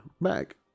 back